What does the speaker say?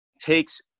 takes